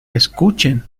escuchen